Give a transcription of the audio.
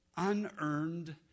unearned